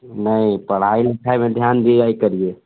नहीं पढ़ाई लिखाई पे ध्यान दिया ही करिए